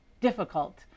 difficult